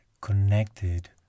connected